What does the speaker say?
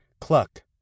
cluck